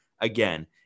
Again